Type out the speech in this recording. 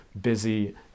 busy